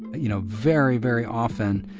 you know, very, very often,